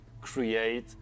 create